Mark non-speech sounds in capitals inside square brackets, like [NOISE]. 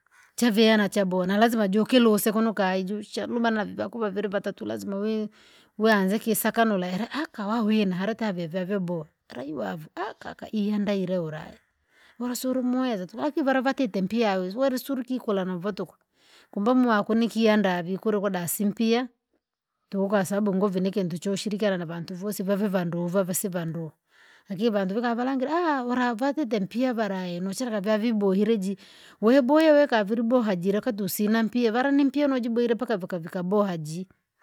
Cha vea na cha bona nalazima juu ukiruse kunukai ju cha lumanavi vakuwa vere vatatu lazima wee wanze kisakanura haka wawena harata vavea boha. Haka iandaire ora walasumweza tu haki varatembeiya wasikikikola na votoku. Kumbakwa nikiandavi kurukudasi simpia. Tusababu kusadai nguvu nu do shirikiana na vantu na vose vavendu vavesivandu. Niki vantu valakangila [UNINTELLIGIBLE] vatu vempi vavibohile weboihileka viliboa jire khadusi namapie navampie jibwile mapaka vaka vaka boha jii